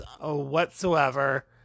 whatsoever